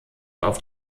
auf